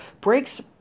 Breaks